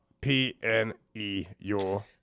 P-N-E-U